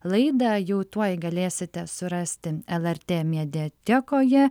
laida jau tuoj galėsite surasti lrt mediatekoje